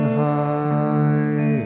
high